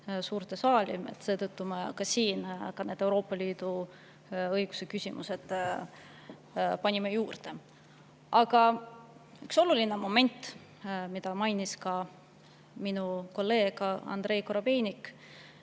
suurde saali, siis panime siia ka need Euroopa Liidu õiguse küsimused juurde. Aga üks oluline moment, mida mainis ka minu kolleeg Andrei Korobeinik: